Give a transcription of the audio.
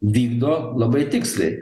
vykdo labai tiksliai